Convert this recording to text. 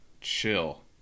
Chill